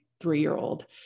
three-year-old